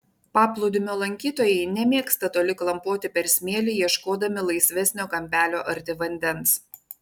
paplūdimio lankytojai nemėgsta toli klampoti per smėlį ieškodami laisvesnio kampelio arti vandens